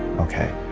okay,